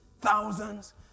thousands